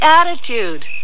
attitude